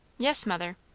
yes, mother.